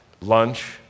lunch